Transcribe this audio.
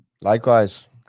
Likewise